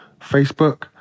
Facebook